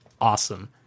awesome